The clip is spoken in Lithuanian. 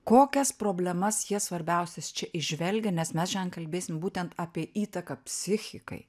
kokias problemas jie svarbiausias čia įžvelgia nes mes šiandien kalbėsim būtent apie įtaką psichikai